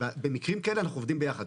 במקרים כאלה אנחנו עובדים ביחד,